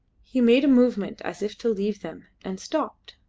he made a movement as if to leave them and stopped.